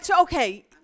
okay